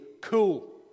cool